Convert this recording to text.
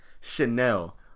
Chanel